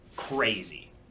crazy